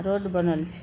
road बनल छै